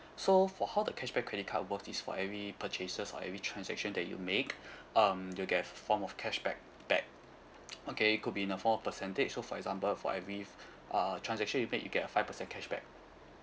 so for how the cashback credit card works is for every purchases or every transaction that you make um you get a form of cashback back okay it could be in a form of percentage so for example for every f~ uh transaction you make you get a five percent cashback